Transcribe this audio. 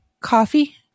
coffee